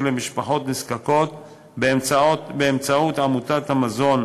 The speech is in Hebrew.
למשפחות נזקקות באמצעות עמותות המזון,